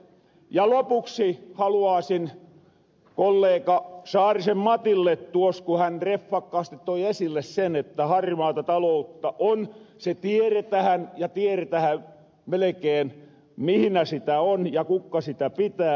ja lopuksi haluaasin sanoa kolleega saarisen matille tuos ku hän rehvakkaasti toi esille sen että harmaata taloutta on se tieretähän ja tieretähän melkeen mihinä sitä on ja kuka sitä pitää